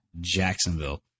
jacksonville